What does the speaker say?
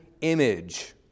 image